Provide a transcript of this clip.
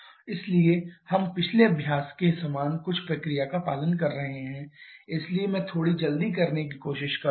इसलिए हम पिछले अभ्यास के समान कुछ प्रक्रिया का पालन कर रहे हैं इसलिए मैं थोड़ी जल्दी करने की कोशिश करूंगा